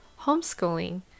homeschooling